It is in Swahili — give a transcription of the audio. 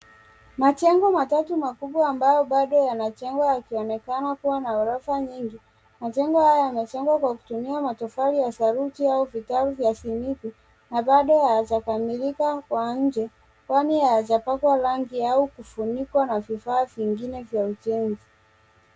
Majengo matatu makubwa ambayo bado yanajengwa yanaonekana kua na ghorofa nyingi, majengo haya yamejengwa kwa kutumia matofali ya saruji au vigae vya simiti na bado hawaikamilika kwa nje kwani hawajapaka rangi yao kufunika na vifaa vyao vya ujenzi.